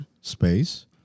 space